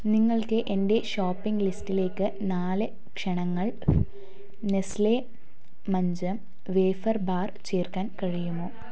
നിങ്ങൾക്ക് എന്റെ ഷോപ്പിംഗ് ലിസ്റ്റിലേക്ക് നാല് ക്ഷണങ്ങൾ നെസ്ലെ മഞ്ചം വേഫർ ബാർ ചേർക്കാൻ കഴിയുമോ